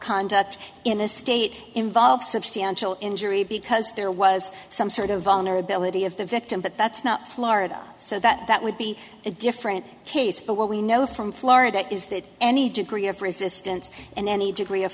conduct in a state involves substantial injury because there was some sort of vulnerability of the victim but that's not florida so that would be a different case but what we know from florida is that any degree of resistance and any degree of